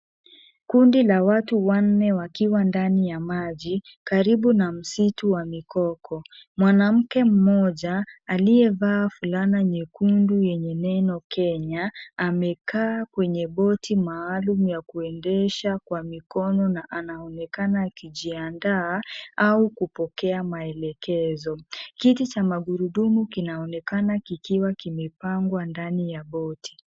Kundi la watu wanne wakiwa ndani ya maji karibu na msitu wa mikoko. Mwanamke mmoja aliyevaa fulana nyekundu yenye neno Kenya amekaa kwenye boti maalum ya kuendesha kwa mikono na anaonekana akijiandaa au kupokea maelekezo. Kiti cha magurudumu kinaonekana kikiwa kimepangwa ndani ya boti.